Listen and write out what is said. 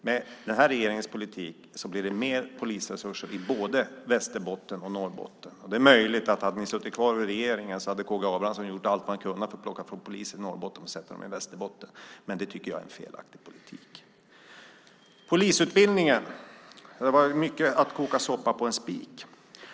Med den nuvarande regeringens politik blir det mer polisresurser i både Västerbotten och Norrbotten. Det är möjligt att om Socialdemokraterna hade suttit kvar vid makten skulle K G Abramsson gjort allt han kunnat för att plocka bort poliser från Norrbotten och placera dem i Västerbotten, men det tycker jag hade varit en felaktig politik. När det gäller polisutbildningen var det som sades som att koka soppa på en spik.